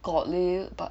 got leh but